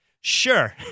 sure